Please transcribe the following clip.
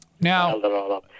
Now